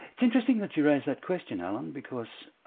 it's interesting that you raise that question alan, because